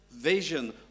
vision